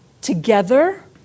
together